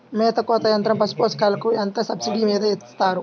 మేత కోత యంత్రం పశుపోషకాలకు ఎంత సబ్సిడీ మీద ఇస్తారు?